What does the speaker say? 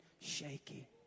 shaky